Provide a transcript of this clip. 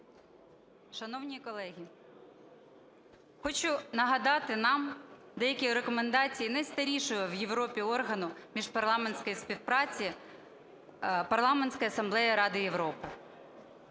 Шановні колеги, хочу нагадати нам деякі рекомендації найстарішого в Європі органу міжпарламентської співпраці Парламентської асамблеї Ради Європи.